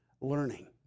learning